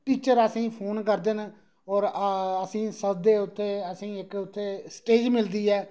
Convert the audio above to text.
teacher असेंगी phone करदे न और असेंगी सददे ते असें गी इक स्टेज मिलदी ऐ